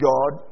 God